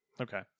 Okay